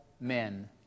men